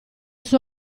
suo